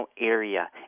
area